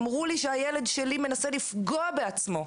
אמרו לי שהילד שלי מנסה לפגוע בעצמו,